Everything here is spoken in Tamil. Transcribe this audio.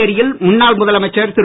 புதுச்சேரியில் முன்னாள் முதலமைச்சர் திரு